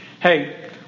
Hey